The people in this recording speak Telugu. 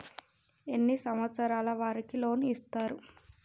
ఎన్ని సంవత్సరాల వారికి లోన్ ఇస్తరు?